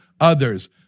others